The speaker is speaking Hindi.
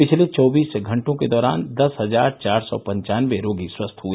पिछले चौबीस घंटों के दौरान दस हजार चार सै पंचानबे रोगी स्वस्थ हए